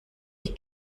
die